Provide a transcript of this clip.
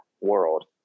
world